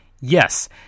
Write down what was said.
Yes